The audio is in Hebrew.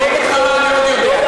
ואני אגיד לך למה לא תתמוך.